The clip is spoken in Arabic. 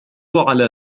على